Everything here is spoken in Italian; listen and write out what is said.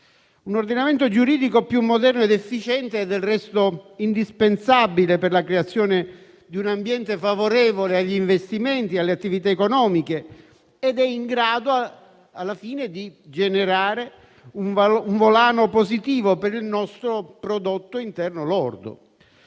Un ordinamento giuridico più moderno ed efficiente è del resto indispensabile per la creazione di un ambiente favorevole agli investimenti e alle attività economiche ed è in grado, alla fine, di ingenerare un volano positivo per il nostro prodotto interno lordo.